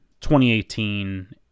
2018